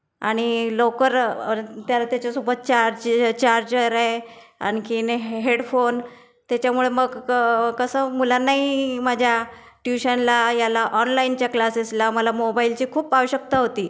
आणि लवकर त्याच्या त्याच्यासोबत चार चार्जर आहे आणखीन हेहेडफोन त्याच्यामुळे मग ककसं मुलांनाही मजा ट्युशनला याला ऑनलाईनच्या क्लासेसला मला मोबाईलची खूप आवश्यकता होती